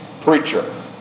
preacher